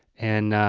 and